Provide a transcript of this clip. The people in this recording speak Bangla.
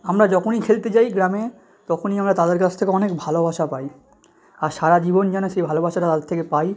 আমরা যখনই খেলতে যাই গ্রামে তখনই আমরা তাদের কাছ থেকে অনেক ভালোবাসা পাই আর সারা জীবন যেন সেই ভালোবাসাটা তাদের থেকে পাই